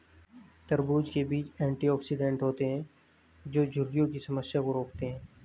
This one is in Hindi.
तरबूज़ के बीज एंटीऑक्सीडेंट होते है जो झुर्रियों की समस्या को रोकते है